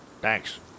Thanks